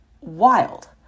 wild